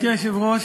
גברתי היושבת-ראש,